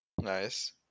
Nice